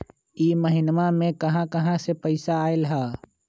इह महिनमा मे कहा कहा से पैसा आईल ह?